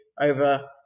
over